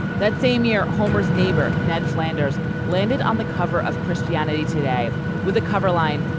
that same year homer's neighbor ned flanders landed on the cover of christianity today with a cover line.